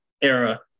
era